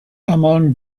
among